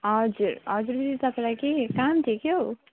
हजुर हजुर दिदी तपाईँलाई केही काम थियो क्या हो